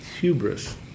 Hubris